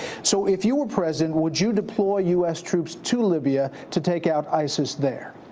so if you were president, would you deploy u s. troops to libya to take out isis there?